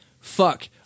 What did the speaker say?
Fuck